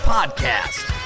Podcast